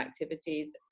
activities